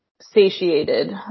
satiated